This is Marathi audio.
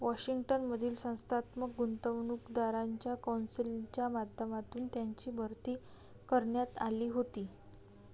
वॉशिंग्टन मधील संस्थात्मक गुंतवणूकदारांच्या कौन्सिलच्या माध्यमातून त्यांची भरती करण्यात आली होती